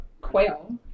quail